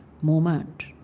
moment